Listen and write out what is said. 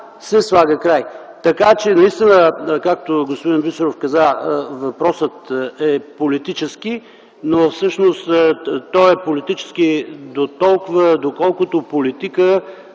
се слага край. Така че, както каза господин Бисеров, въпросът е политически, но всъщност той е политически дотолкова, доколкото политика